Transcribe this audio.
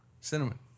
cinnamon